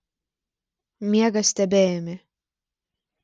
miegas tebeėmė